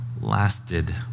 lasted